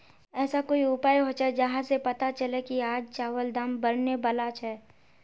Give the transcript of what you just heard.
ऐसा कोई उपाय होचे जहा से पता चले की आज चावल दाम बढ़ने बला छे?